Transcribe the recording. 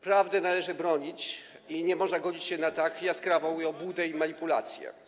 Prawdy należy bronić i nie można godzić się na tak jaskrawą obłudę i manipulację.